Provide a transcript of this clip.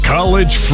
College